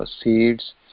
seeds